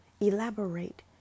elaborate